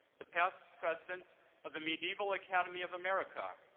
the past president of the medieval academy of america,